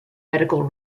medical